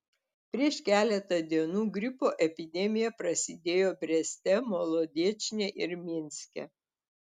prieš keletą dienų gripo epidemija prasidėjo breste molodečne ir minske